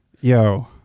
Yo